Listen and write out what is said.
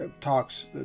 talks